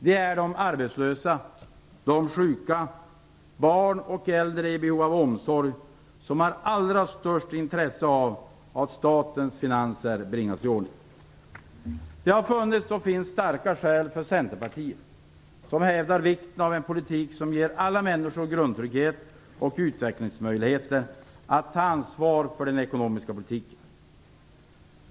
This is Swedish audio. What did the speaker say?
Det är de arbetslösa, de sjuka, barn och äldre i behov av omsorg som har allra störst intresse av att statens finanser bringas i ordning. Det har funnits och finns starka skäl för Centerpartiet, som hävdar vikten av en politik som ger alla människor grundtrygghet och utvecklingsmöjligheter, att ta ansvar för den ekonomiska politiken.